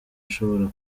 ashobora